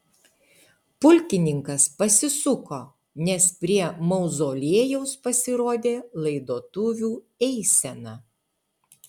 pulkininkas pasisuko nes prie mauzoliejaus pasirodė laidotuvių eisena